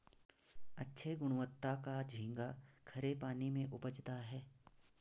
अच्छे गुणवत्ता का झींगा खरे पानी में उपजता है